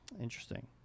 Interesting